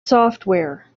software